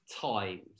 times